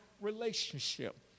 relationship